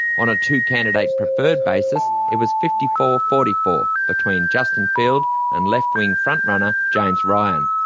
on a two-candidate preferred basis it was fifty four forty four, between justin field and left-wing frontrunner james ryan.